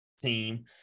team